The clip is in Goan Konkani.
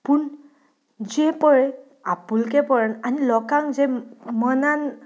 पूण जीं पळय आपुलकेपणा आनी लोकांक जें मनांत